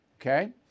Okay